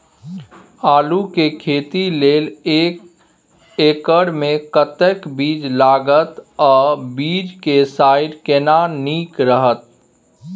आलू के खेती लेल एक एकर मे कतेक बीज लागत आ बीज के साइज केना नीक रहत?